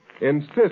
insist